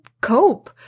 cope